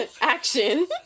action